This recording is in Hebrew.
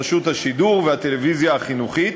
רשות השידור והטלוויזיה החינוכית,